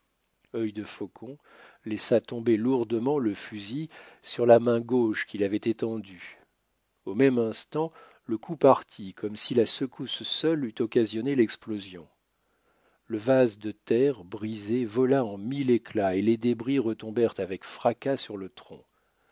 surnaturels œil de faucon laissa tomber lourdement le fusil sur la main gauche qu'il avait étendue au même instant le coup partit comme si la secousse seule eût occasionné l'explosion le vase de terre brisé vola en mille éclats et les débris retombèrent avec fracas sur le tronc